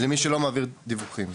למי שלא מעביר דיווחים.